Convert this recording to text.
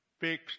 Fixed